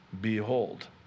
Behold